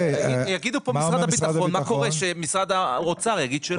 יגידו פה משרד הביטחון מה קורה כשמשרד האוצר יגיד שלא.